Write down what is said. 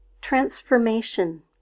transformation